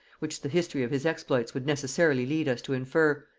which the history of his exploits would necessarily lead us to infer,